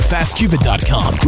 FastCupid.com